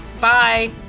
Bye